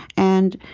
and,